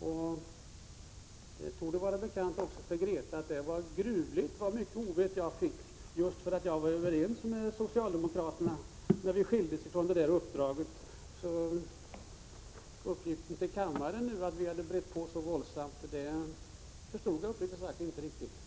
och det torde vara bekant för Grethe Lundblad att det var gruvligt så mycket ovett jag fick just för att jag var överens med socialdemokraterna när vi skildes från det uppdraget. Så uppgiften till kammaren nu, att vi hade brett på så våldsamt, förstod jag uppriktigt sagt inte riktigt.